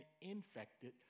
infected